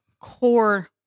core